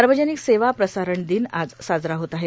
सार्वजनिक सेवा प्रसारण दिन आज साजरा होत आहे